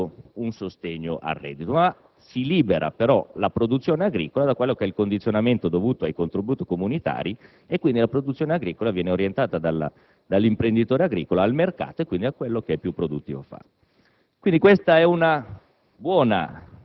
a fronte di tale riconoscimento, viene dato un sostegno al reddito. Si libera però la produzione agricola dal condizionamento dovuto ai contributi comunitari. Pertanto la produzione agricola viene orientata dall'imprenditore agricolo al mercato e quindi a ciò che è più produttivo